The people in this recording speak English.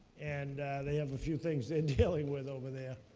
and they have a few things and dealing with over there.